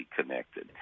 connected